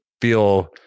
feel